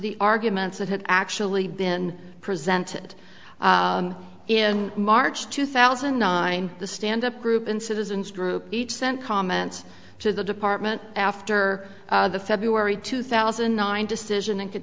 the arguments that had actually been presented in march two thousand and nine the stand up group and citizens group each sent comment to the department after the february two thousand and nine decision and